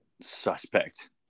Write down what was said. suspect